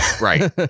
Right